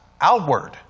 outward